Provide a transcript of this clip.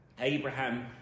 Abraham